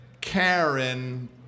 Karen